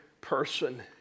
person